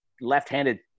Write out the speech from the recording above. Left-handed